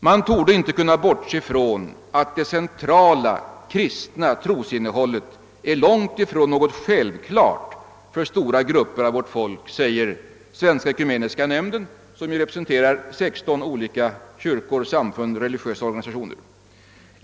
»Man torde ej kunna bortse från att det centrala kristna trosinnehållet är långtifrån någon självklarhet för stora grupper av vårt folk», säger Svenska ekumeniska nämnden, som representerar 16 olika kyrkor, samfund och religiösa organisationer.